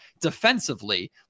defensively